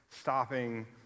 stopping